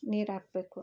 ನೀರಾಕಬೇಕು